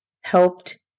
helped